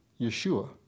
Yeshua